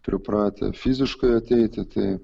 pripratę fiziškai ateiti tai